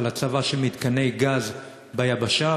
על הצבה של מתקני גז ביבשה,